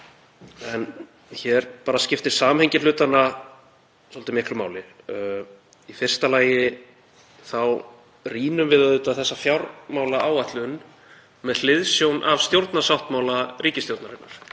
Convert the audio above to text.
En hér skiptir samhengi hlutanna miklu máli. Í fyrsta lagi þá rýnum við þessa fjármálaáætlun með hliðsjón af stjórnarsáttmála ríkisstjórnarinnar